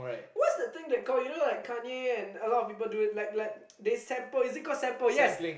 what's the thing they call you know like Kanye and a lot of people do it like they sample is it call sample yes yes